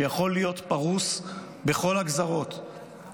שיכול להיות פרוס בכל הגזרות,